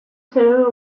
terör